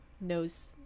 knows